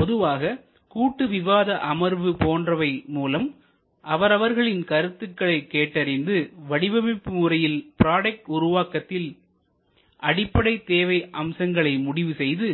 பொதுவாக கூட்டு விவாத அமர்வு போன்றவை மூலம் அவர் அவர்களின் கருத்துக்களை கேட்டறிந்து வடிவமைப்பு முறையில் ப்ராடக்ட் உருவாக்கத்தில் அடிப்படை தேவை அம்சங்களை முடிவு செய்து